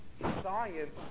science